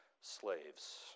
slaves